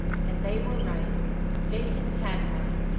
and they were right bacon had won,